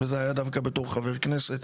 וזה היה דווקא בתור חבר כנסת.